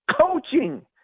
coaching